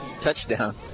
touchdown